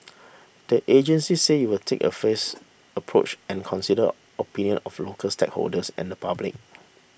the agency said it will take a phased approach and consider opinion of local stakeholders and the public